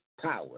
power